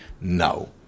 no